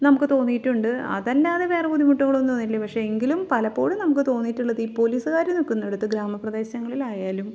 നമുക്ക് തോന്നിയിട്ടുണ്ട് അതല്ലാതെ വേറെ ബുദ്ധിമുട്ടുകളൊന്നും തോന്നിയിട്ടില്ല പക്ഷെ പലപ്പോഴും നമുക്ക് തോന്നിയിട്ടുള്ളത് ഈ പോലീസുകാർ നിൽക്കുന്നിടത്ത് ഗ്രാമ പ്രദേശങ്ങളിലായാലും